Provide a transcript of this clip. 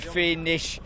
finish